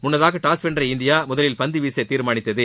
முன்னதாக டாஸ் வென்ற இந்தியா முதலில் பந்து வீச தீர்மானித்தது